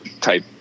type